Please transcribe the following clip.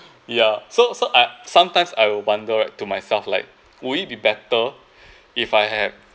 ya so so I sometimes I will wonder right to myself like would it be better if I have